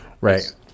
Right